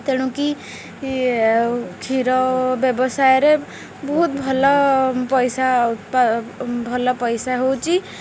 ତେଣୁ କି କ୍ଷୀର ବ୍ୟବସାୟରେ ବହୁତ ଭଲ ପଇସା ଭଲ ପଇସା ହେଉଛି